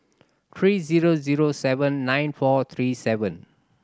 three zero zero seven nine four three seven